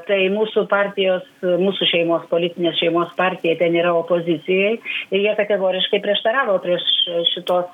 tai mūsų partijos mūsų šeimos politinės šeimos partija ten yra opozicijoj ir jie kategoriškai prieštaravo prieš šitos